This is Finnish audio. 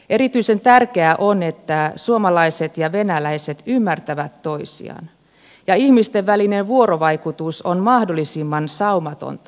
erityisen tärkeää on että suomalaiset ja venäläiset ymmärtävät toisiaan ja ihmisten välinen vuorovaikutus on mahdollisimman saumatonta puolin ja toisin